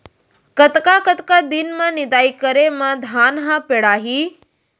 कतका कतका दिन म निदाई करे म धान ह पेड़ाही?